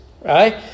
right